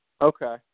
Okay